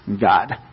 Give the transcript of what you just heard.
God